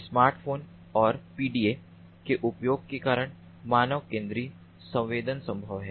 smartphone और PDA के उपयोग के कारण मानव केंद्रित संवेदन संभव है